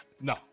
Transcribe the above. No